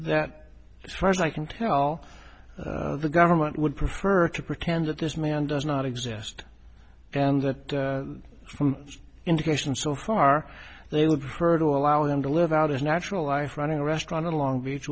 that as far as i can tell the government would prefer to pretend that this man does not exist and that from indications so far they would prefer to allow him to live out his natural life running a restaurant in long beach